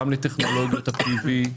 גם לטכנולוגיות ה-PV (פוטו-וולטאי),